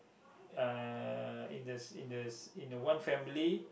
uh in the in the in the one family